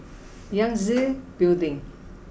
Yangtze Building